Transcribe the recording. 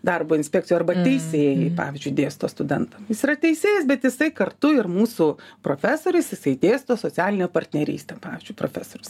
darbo inspekcijo arba teisėjai pavyzdžiui dėsto studentam jis yra teisėjas bet jisai kartu ir mūsų profesorius jisai dėsto socialinę partnerystę pavyzdžiui profesorius